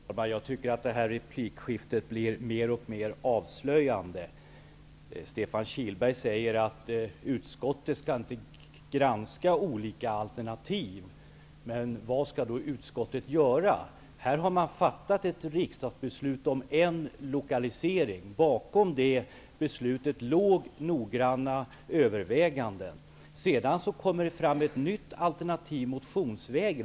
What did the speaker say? Fru talman! Jag tycker att detta replikskifte blir mer och mer avslöjande. Stefan Kihlberg säger att utskottet inte skall granska olika alternativ. Vad skall då utskottet göra? Man har här i riksdagen fattat beslut om en utlokalisering, och bakom beslutet låg noggranna överväganden. Motionsvägen kommer därefter ett helt nytt alternativ.